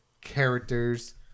characters